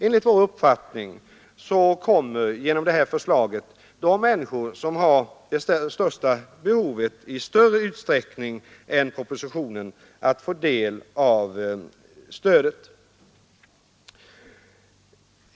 Enligt vår uppfattning leder ett förverkligande av förslaget till att de människor som har det största behovet av stöd får sådant i större utsträckning än enligt propositionens förslag.